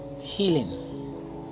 Healing